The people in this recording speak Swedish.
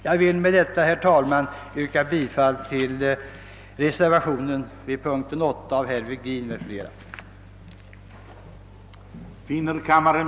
Jag vill med det anförda, herr talman, yrka bifall till den vid punkten 8 fogade reservationen 2 av herr Virgin m.fl.